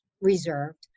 reserved